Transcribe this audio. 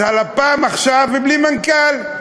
אז הלפ"מ עכשיו בלי מנכ"ל.